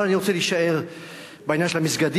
אבל אני רוצה להישאר בעניין של המסגדים.